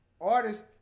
artists